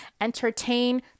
entertain